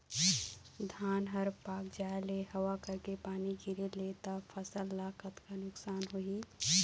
धान हर पाक जाय ले हवा करके पानी गिरे ले त फसल ला कतका नुकसान होही?